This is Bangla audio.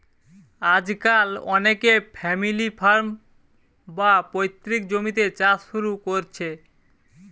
আজকাল অনেকে ফ্যামিলি ফার্ম, বা পৈতৃক জমিতে চাষ শুরু কোরছে